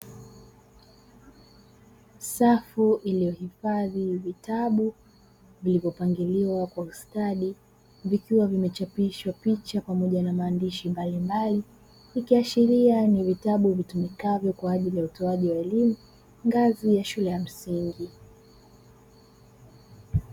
Safu iliyohifadhi vitabu vilivyopangiliwa kwa ustadi vikiwa vimechapishwa picha pamoja na maandishi mbalimbali, ikiashiria ni vitabu vitumikavyo kwa ajili ya utoaji wa elimu ngazi ya shule ya msingi.